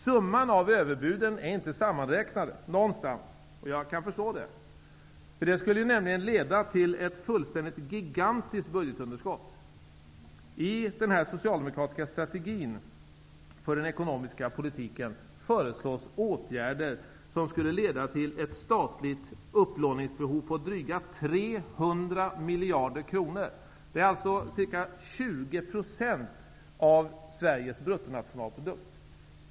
Summan av överbuden är inte sammanräknad någonstans. Jag kan förstå det. Det skulle nämligen leda till ett fullständigt gigantiskt budgetunderskott. I den socialdemokratiska strategin för den ekonomiska politiken föreslås åtgärder som skulle leda till ett statligt upplåningsbehov på dryga 300 miljarder kronor. Det är ca 20 % av Sveriges bruttonationalprodukt.